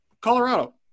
Colorado